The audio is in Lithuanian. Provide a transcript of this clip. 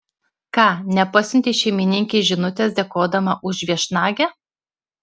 ką nepasiuntei šeimininkei žinutės dėkodama už viešnagę